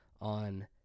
on